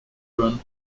run